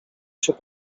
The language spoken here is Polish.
się